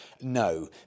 No